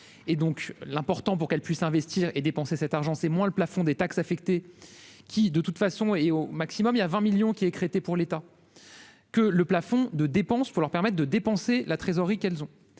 et donc l'important pour qu'elle puisse investir et dépenser cet argent, c'est moins le plafond des taxes affectées qui de toute façon, et au maximum, il y a 20 millions qui est créé pour l'État que le plafond de dépenses pour leur permettre de dépenser la trésorerie qu'elles ont,